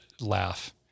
laugh